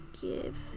give